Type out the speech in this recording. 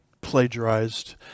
plagiarized